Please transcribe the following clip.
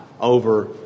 over